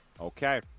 okay